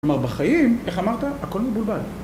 כלומר, בחיים, איך אמרת? הכל מבולבל.